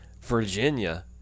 Virginia